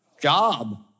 Job